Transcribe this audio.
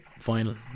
final